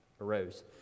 arose